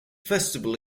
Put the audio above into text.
festival